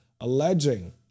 alleging